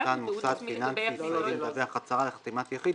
מוסד פיננסי ישראלי מדווח הצהרה לחתימת יחיד,